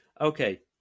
Okay